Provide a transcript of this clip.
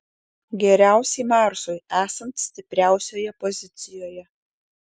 geriausiai marsui esant stipriausioje pozicijoje